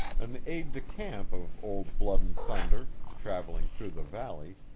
an aid-de-camp of old blood-and-thunder, travelling through the valley,